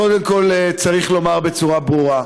קודם כול, צריך לומר בצורה ברורה.